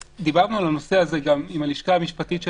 דיברנו על הנושא הזה גם עם הלשכה המשפטית של